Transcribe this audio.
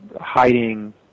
hiding